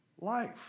life